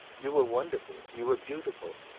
you were wonderful you were beautiful,